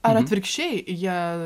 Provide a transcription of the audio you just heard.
ar atvirkščiai jie